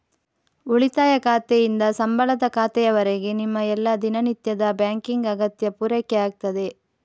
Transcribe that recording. ಉಳಿತಾಯ ಖಾತೆಯಿಂದ ಸಂಬಳದ ಖಾತೆಯವರೆಗೆ ನಿಮ್ಮ ಎಲ್ಲಾ ದಿನನಿತ್ಯದ ಬ್ಯಾಂಕಿಂಗ್ ಅಗತ್ಯ ಪೂರೈಕೆ ಆಗ್ತದೆ